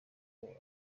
uwo